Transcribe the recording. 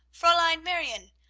fraulein marione!